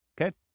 Okay